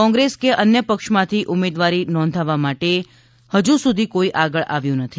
કોંગ્રેસ કે અન્ય પક્ષમાંથી ઉમેદવારી નોંધાવવા માટે હજુ સુધી કોઈ આગળ આવ્યું નથી